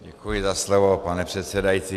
Děkuji za slovo, pane předsedající.